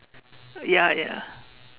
ya ya